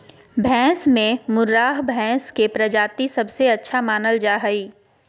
भैंस में मुर्राह भैंस के प्रजाति सबसे अच्छा मानल जा हइ